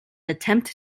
attempt